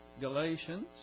Galatians